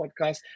podcast